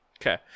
Okay